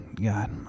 God